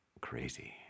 crazy